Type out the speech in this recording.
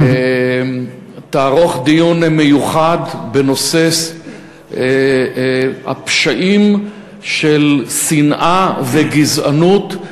תערוך דיון מיוחד בנושא הפשעים של שנאה וגזענות,